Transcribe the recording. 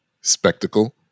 spectacle